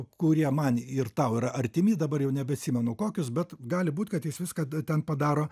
kurie man ir tau yra artimi dabar jau nebeatsimenu kokius bet gali būt kad jis viską da ten padaro